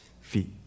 feet